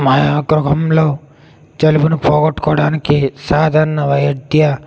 మా యొక్క యుగంలో జలుబుని పోగొట్టుకోవడానికి సాధరణ వైద్య